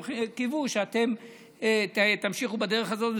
והם קיוו שאתם תמשיכו בדרך הזאת,